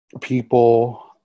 people